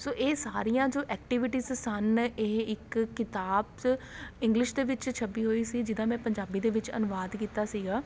ਸੋ ਇਹ ਸਾਰੀਆਂ ਜੋ ਐਕਟੀਵੀਟੀਜ਼ ਸਨ ਇਹ ਇੱਕ ਕਿਤਾਬ 'ਚ ਇੰਗਲਿਸ਼ ਦੇ ਵਿੱਚ ਛਪੀ ਹੋਈ ਸੀ ਜਿਹਦਾ ਮੈਂ ਪੰਜਾਬੀ ਦੇ ਵਿੱਚ ਅਨੁਵਾਦ ਕੀਤਾ ਸੀਗਾ